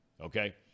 Okay